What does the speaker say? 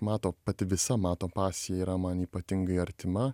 mato pati visa mato pasija yra man ypatingai artima